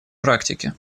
практике